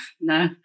No